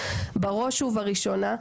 בראש ובראשונה,